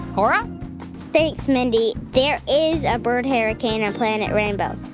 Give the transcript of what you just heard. cora thanks, mindy. there is a bird hurricane on planet rainbow.